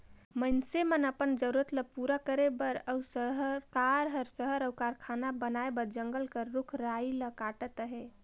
मइनसे मन अपन जरूरत ल पूरा करे बर अउ सरकार हर सहर अउ कारखाना बनाए बर जंगल कर रूख राई ल काटत अहे